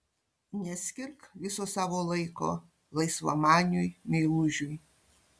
neskirk viso savo laiko laisvamaniui meilužiui